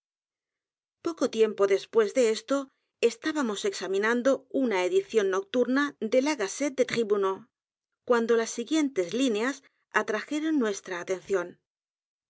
poco tiempo después de esto estábamos examinando una edición nocturna de la oazette des tribunaux cuando las siguientes líneas atrajeron nuestra atención